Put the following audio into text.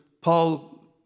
Paul